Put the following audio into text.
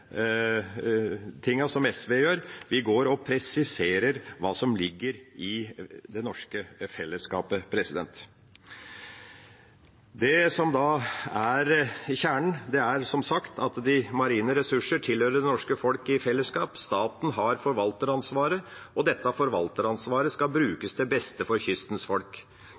det som SV gjør; vi presiserer hva som ligger «i det norske fellesskapet». Kjernen er, som sagt, at de marine ressurser tilhører det norske folk i fellesskap. Staten har forvalteransvaret, og dette forvalteransvaret skal brukes til beste for kystens folk.